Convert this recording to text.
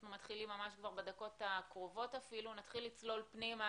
אנחנו מתחילים בדקות הקרובות אפילו נתחיל לצלול פנימה,